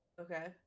Okay